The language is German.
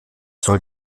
soll